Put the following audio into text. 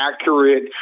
accurate